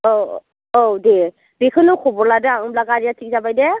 औ औ दे बेखौनो खबर लादों आं होमब्ला गारिया थिग जाबाय दे